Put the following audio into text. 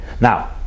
now